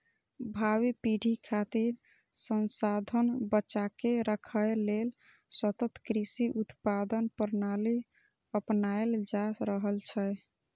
भावी पीढ़ी खातिर संसाधन बचाके राखै लेल सतत कृषि उत्पादन प्रणाली अपनाएल जा रहल छै